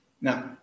Now